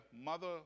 mother